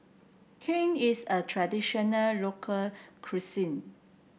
Kheer is a traditional local cuisine